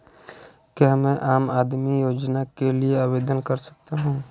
क्या मैं आम आदमी योजना के लिए आवेदन कर सकता हूँ?